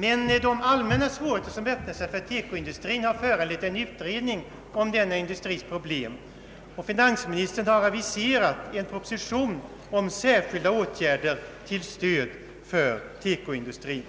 Men de allmänna svårigheter som väntas för TEKO-industrin har föranlett en utredning om denna industris problem, och finansministern har aviserat en proposition om särskilda åtgärder till stöd för TEKO-industrin.